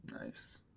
nice